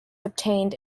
obtained